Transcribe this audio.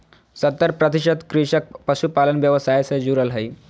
सत्तर प्रतिशत कृषक पशुपालन व्यवसाय से जुरल हइ